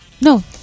No